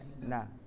No